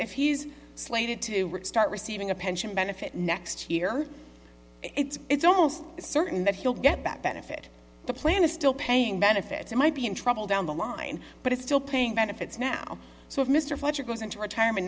if he's slated to start receiving a pension benefit next year it's almost certain that he'll get back benefit the plan is still paying benefits i might be in trouble down the line but it's still paying benefits now so if mr fletcher goes into retirement